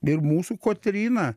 ir mūsų kotryna